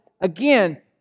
again